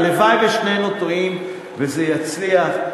הלוואי ששנינו טועים, וזה יצליח.